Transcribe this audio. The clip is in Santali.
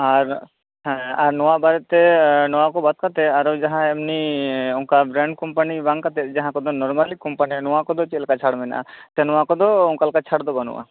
ᱟᱨ ᱟᱨ ᱱᱚᱣᱟ ᱵᱟᱨᱮᱛᱮ ᱱᱚᱣᱟ ᱠᱚ ᱵᱟᱫ ᱠᱟᱛᱮ ᱟᱨᱚ ᱡᱟᱦᱟᱸ ᱮᱢᱱᱤ ᱚᱱᱠᱟ ᱵᱨᱮᱱᱰ ᱠᱚᱢᱯᱟᱱᱤ ᱵᱟᱝ ᱠᱟᱛᱮᱫ ᱡᱟᱦᱟᱸ ᱠᱚᱫᱚ ᱱᱚᱨᱢᱟᱞᱤ ᱠᱚᱢᱯᱟᱱᱤᱭᱟᱜ ᱱᱚᱣᱟᱠᱚᱫᱚ ᱪᱮᱫᱞᱮᱠᱟ ᱪᱷᱟᱲ ᱢᱮᱱᱟᱜᱼᱟ ᱥᱮ ᱱᱚᱣᱟ ᱠᱚᱫᱚ ᱚᱱᱠᱟ ᱞᱮᱠᱟ ᱪᱷᱟᱲ ᱠᱚᱫᱚ ᱵᱟᱹᱱᱩᱜᱼᱟ